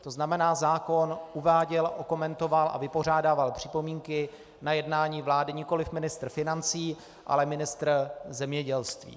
To znamená, zákon uváděl, okomentoval a vypořádával připomínky na jednání vlády nikoliv ministr financí, ale ministr zemědělství.